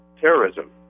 terrorism